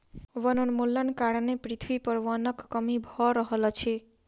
वनोन्मूलनक कारणें पृथ्वी पर वनक कमी भअ रहल अछि